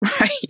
Right